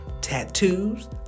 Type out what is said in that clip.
tattoos